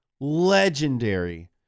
legendary